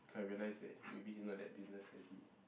cause I realised that maybe he's not that business savvy